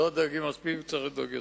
לא דואגים מספיק וצריך לדאוג יותר.